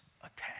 attack